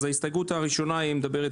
אז ההסתייגות הראשונה אומרת